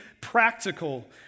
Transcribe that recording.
practical